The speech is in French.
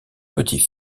petit